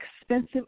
expensive